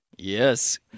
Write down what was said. Yes